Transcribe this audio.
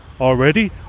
already